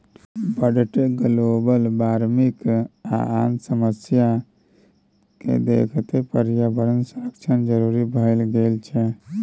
बढ़ैत global warming आ आन समस्या केँ देखैत पर्यावरण संरक्षण जरुरी भए गेल छै